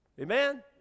Amen